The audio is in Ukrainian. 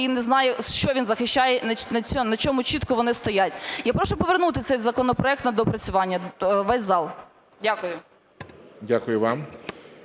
не знає, що він захищає і на чому чітко вони стоять. Я прошу повернути цей законопроект на доопрацювання весь зал. Дякую. ГОЛОВУЮЧИЙ.